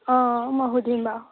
অঁ মই সুধিম বাৰু